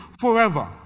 forever